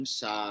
sa